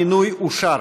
המינוי אושר.